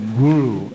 guru